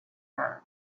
that